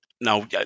Now